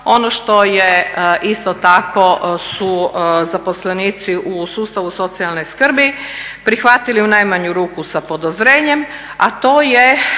Ono što je isto tako su zaposlenici u sustavu socijalne skrbi prihvatili u najmanju ruku sa podozrenjem a to je